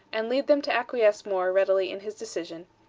and lead them to acquiesce more readily in his decision,